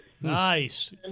Nice